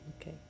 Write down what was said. Okay